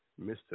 Mr